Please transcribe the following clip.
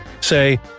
say